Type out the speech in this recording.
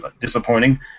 disappointing